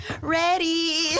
ready